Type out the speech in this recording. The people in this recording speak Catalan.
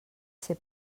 ser